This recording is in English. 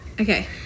Okay